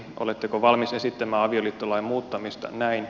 oletteko valmis esittämään avioliittolain muuttamista näin